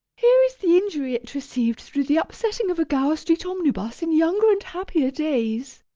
here is the injury it received through the upsetting of a gower street omnibus in younger and happier days.